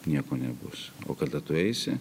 nieko nebus o kada tu eisi